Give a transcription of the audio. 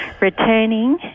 Returning